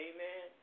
Amen